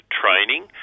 training